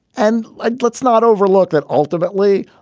and let's let's not overlook that. ultimately,